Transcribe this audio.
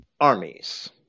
armies